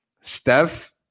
Steph